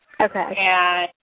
Okay